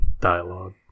dialogue